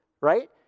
Right